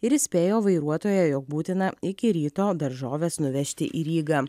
ir įspėjo vairuotoją jog būtina iki ryto daržoves nuvežti į rygą